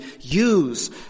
use